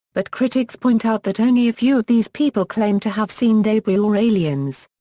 but critics point out that only a few of these people claimed to have seen debris or aliens.